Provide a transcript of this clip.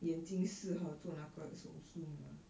眼睛适合做那个手术吗